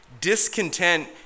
discontent